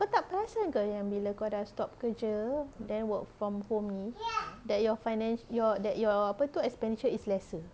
kau tak perasan ke yang bila kau dah stop kerja then work from home ni that your financ~ your that your apa tu expenditure is lesser